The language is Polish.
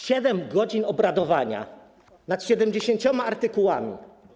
7 godzin obradowania nad 70 artykułami.